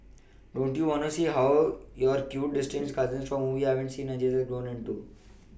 don't you wanna see how hot your cute distant cousin whom you haven't seen for ages has grown into